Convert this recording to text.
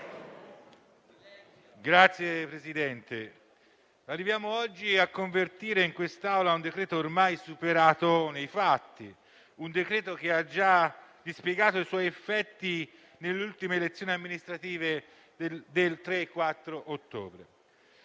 Signor Presidente, arriviamo oggi a convertire in quest'Assemblea un decreto ormai superato nei fatti. Il decreto-legge ha già dispiegato, infatti, i suoi effetti nelle ultime elezioni amministrative del 3 e 4 ottobre.